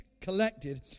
collected